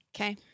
Okay